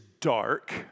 dark